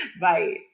Bye